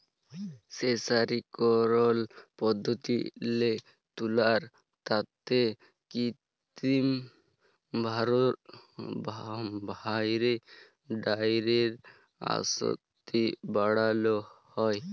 মের্সারিকরল পদ্ধতিল্লে তুলার তাঁতে কিত্তিম ভাঁয়রে ডাইয়ের আসক্তি বাড়ালো হ্যয়